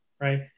right